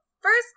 first